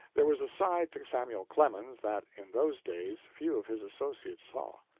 there was a side to samuel clemens that, in those days, few of his associates saw.